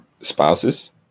spouses